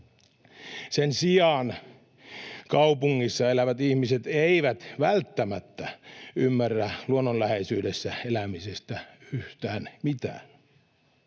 Sen sijaan kaupungissa elävät ihmiset eivät välttämättä ymmärrä luonnon läheisyydessä elämisestä yhtään mitään.